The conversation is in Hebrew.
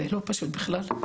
זה לא פשוט בכלל.